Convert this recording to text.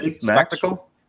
spectacle